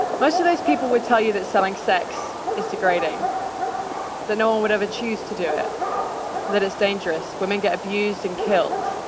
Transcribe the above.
most of those people would tell you that selling sex is degrading that no one would ever choose to do it that it's dangerous women get abused and killed.